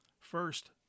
First